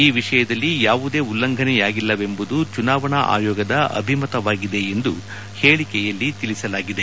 ಈ ವಿಷಯದಲ್ಲಿ ಯಾವುದೇ ಉಲ್ಲಂಘನೆಯಾಗಿಲ್ಲವೆಂಬುದು ಚುನಾವಣಾ ಆಯೋಗದ ಅಭಿಮತವಾಗಿದೆ ಎಂದು ಹೇಳಕೆಯಲ್ಲಿ ತಿಳಿಸಲಾಗಿದೆ